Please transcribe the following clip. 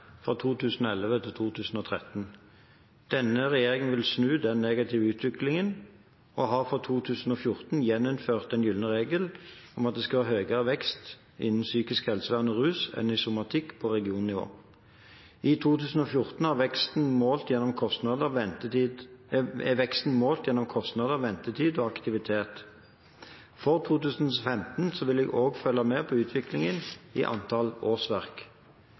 fra 2011 til 2013. Denne regjeringen vil snu den negative utviklingen og har for 2014 gjeninnført den gylne regel om at det skal være høyere vekst innen psykisk helsevern og rus enn i somatikk på regionnivå. I 2014 er veksten målt gjennom kostnader, ventetid og aktivitet. For 2015 vil jeg også følge med på utviklingen i antall årsverk.